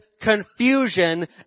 confusion